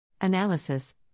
Analysis